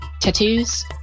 Tattoos